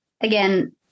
again